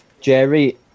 Jerry